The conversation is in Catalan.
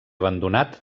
abandonat